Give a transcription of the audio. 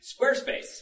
Squarespace